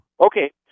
Okay